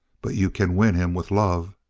but you can win him with love.